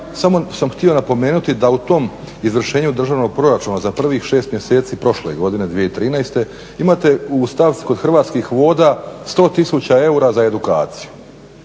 samo sam htio napomenuti da u tom izvršenju državnog proračuna za prvih 6 mjeseci prošle godine, 2013., imate u stavci kod Hrvatskih voda 100 tisuća eura za edukaciju,